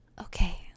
okay